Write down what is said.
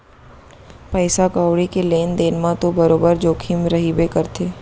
पइसा कउड़ी के लेन देन म तो बरोबर जोखिम रइबे करथे